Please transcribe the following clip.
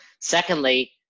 secondly